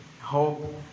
hope